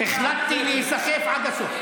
החלטתי להיסחף עד הסוף.